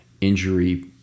injury